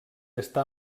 està